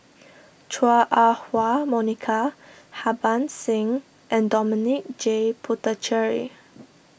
Chua Ah Huwa Monica Harbans Singh and Dominic J Puthucheary